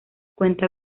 cuenta